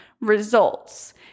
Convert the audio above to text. results